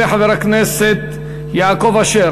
יעלה חבר הכנסת יעקב אשר.